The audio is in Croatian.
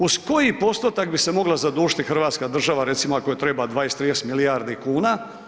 Uz koji postotak bi se mogla zadužiti Hrvatska država, recimo ako joj treba 20, 30 milijardi kuna?